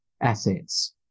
assets